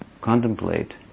contemplate